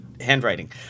handwriting